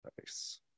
nice